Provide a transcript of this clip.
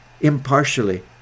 Impartially